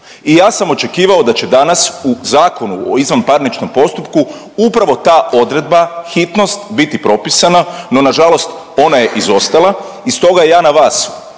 i ja sam očekivao da će danas u Zakonu o izvanparničnom postupku upravo ta odredba hitnost biti propisana, no nažalost ona je izostala. I stoga ja na vas